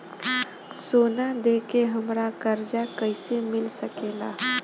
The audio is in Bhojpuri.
सोना दे के हमरा कर्जा कईसे मिल सकेला?